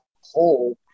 whole